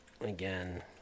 again